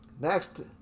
Next